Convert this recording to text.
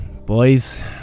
Boys